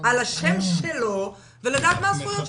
על השם שלו ולדעת מה הזכויות שלו.